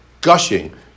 Gushing